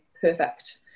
perfect